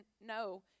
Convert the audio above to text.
no